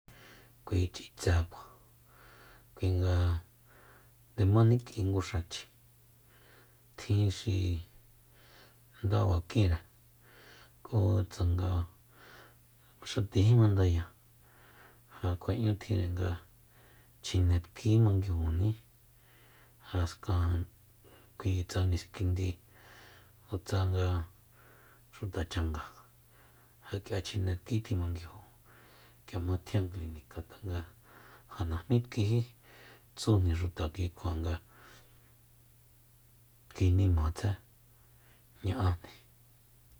Kui ch'itsekua kui nga nde ma nik'i nguxachi tjin xi nda bakinre ku tsanga xatíji mandaya ja kjua'ñutjinre nga chjine tki manguijuní jaska kui tsa niskindi tsa xuta changa ja k'ia chjine tki tji manguiju k'ia jma tjian clinika tanga ja najmí tkijí tsujni xuta kikjua nga tki nima tse ña'ajni